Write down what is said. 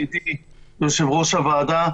שלום ידידי יושב-ראש הוועדה,